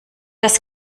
das